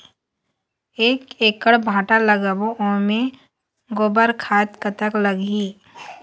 एक एकड़ भांटा लगाबो ओमे गोबर खाद कतक लगही?